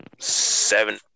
seven –